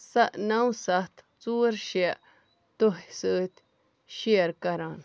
سَ نَو ستھ ژور شےٚ تۄہہِ سۭتۍ شیر کران